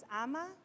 ama